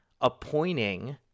appointing